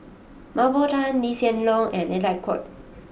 Mah Bow Tan Lee Hsien Loong and Alec Kuok